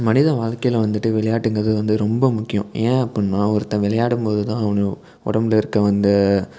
மனித வாழ்க்கையில வந்துட்டு விளையாட்டுங்கிறது வந்து முக்கியம் ஏன் அப்புடின்னா ஒருத்தன் விளையாடும்போது தான் அவன் உடம்புல இருக்க வந்து